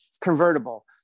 convertible